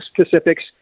specifics